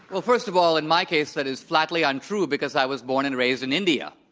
well, first of all, in my case, that is flatly untrue because i was born and raised in india.